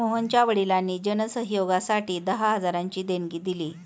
मोहनच्या वडिलांनी जन सहयोगासाठी दहा हजारांची देणगी दिली